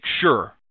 sure